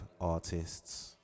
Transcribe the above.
artists